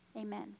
amen